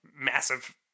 massive